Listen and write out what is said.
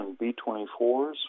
B-24s